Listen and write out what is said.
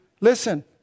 Listen